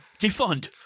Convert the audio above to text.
Defund